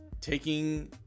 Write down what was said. Taking